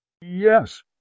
Yes